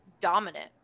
dominant